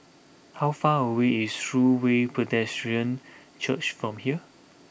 how far away is True Way Pedestrian Church from here